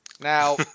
Now